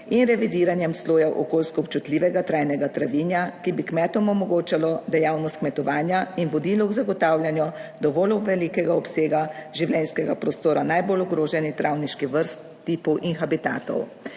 in revidiranjem slojev okoljsko občutljivega trajnega travinja, ki bi kmetom omogočalo dejavnost kmetovanja in vodilo k zagotavljanju dovolj velikega obsega življenjskega prostora najbolj ogroženih travniških vrst, tipov in habitatov.